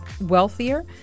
wealthier